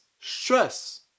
stress